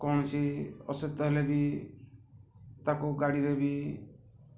କୌଣସି ଅସୁସ୍ଥ ହେଲେ ବି ତା'କୁ ଗାଡ଼ିରେ ବି